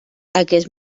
aquest